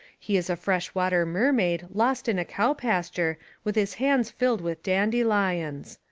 he is a fresh water mermaid lost in a cow pasture with his hands filled with dandylions.